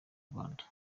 rwanda